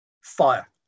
Fire